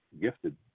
gifted